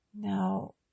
Now